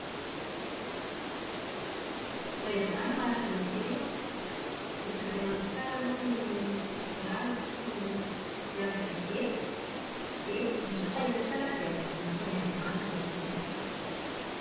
Raha izaho no mahazo loteria dia tandremako tsara aloha ny tosidrà-ako tsy hiakatra be. Dia misaina tsara aho dia ampidiriko any amin'ny banky ilay vola.